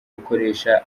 gukoresha